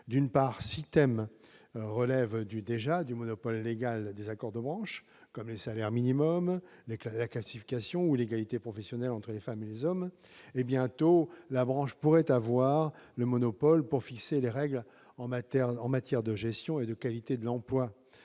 D'une part, six thèmes relèvent déjà du monopole légal des accords de branche, comme les salaires minimaux, la classification ou l'égalité professionnelle entre les femmes et les hommes. En outre, la branche pourrait bientôt avoir le monopole de la fixation des règles en matière de gestion et de qualité de l'emploi,